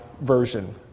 version